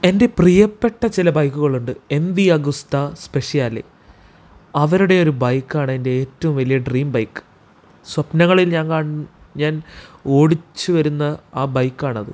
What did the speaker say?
എൻ്റെ പ്രിയപ്പെട്ട ചില ബൈക്കുകളുണ്ട് എം വി അഗുസ്താ സ്പെഷ്യൽ അവരുടെ ഒരു ബൈക്കാണ് എൻ്റെ ഏറ്റും വലിയ ഡ്രീം ബൈക്ക് സ്വപ്നങ്ങളിൽ ഞാൻ കൺ ഞാൻ ഓടിച്ചു വരുന്ന ആ ബൈക്കാണത്